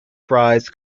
fries